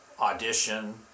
Audition